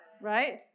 right